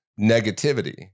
negativity